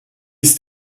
ist